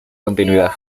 continuidad